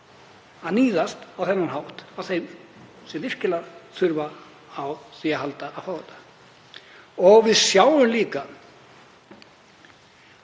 að níðast á þennan hátt á þeim sem virkilega þurfa á því að halda að fá þetta. Við sjáum líka